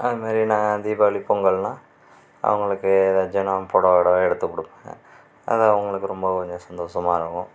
அதுமாதிரி நான் தீபாவளி பொங்கல்னா அவங்களுக்கு ஏதாச்சும் நான் பொடவை கிடவ எடுத்து கொடுப்பேன் அது அவங்களுக்கு ரொம்ப கொஞ்சம் சந்தோஷமாக இருக்கும்